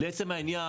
לעצם העניין,